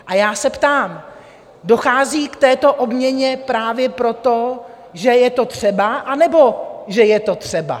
A já se ptám: Dochází k této obměně právě proto, že je to třeba, anebo že je to třeba?